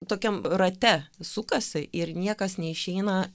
tokiam rate sukasi ir niekas neišeina